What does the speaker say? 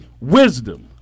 Wisdom